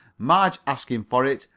marge askinforit,